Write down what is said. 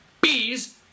bees